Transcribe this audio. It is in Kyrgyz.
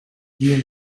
кийин